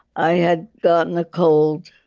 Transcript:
i had gotten a cold,